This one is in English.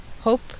hope